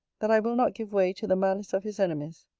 that i will not give way to the malice of his enemies.